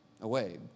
away